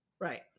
right